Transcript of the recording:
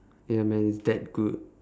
ya man it's that good